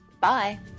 bye